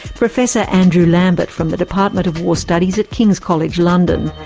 professor andrew lambert from the department of war studies at king's college, london.